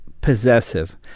possessive